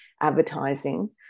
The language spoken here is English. advertising